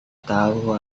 tahu